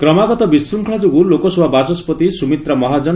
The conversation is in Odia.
କ୍ରମାଗତ ବିଶୃଙ୍ଗଳା ଯୋଗୁଁ ଲୋକସଭା ବାଚସ୍କତି ସୁମିତ୍ରା ମହାଜନ